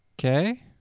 Okay